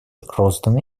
розданы